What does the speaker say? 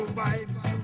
vibes